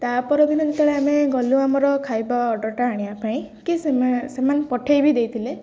ତା ପର ଦିନ ଯେତେବେଳେ ଆମେ ଗଲୁ ଆମର ଖାଇବା ଅର୍ଡରଟା ଆଣିବା ପାଇଁ କି ସେମାନେ ପଠେଇବି ଦେଇଥିଲେ